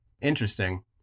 Interesting